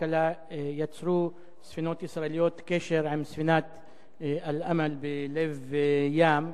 יצרו ספינות ישראליות קשר עם ספינת "אל-אמאל" בלב ים,